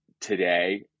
today